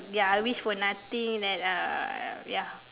ya I wish for nothing that uh ya